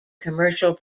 commercial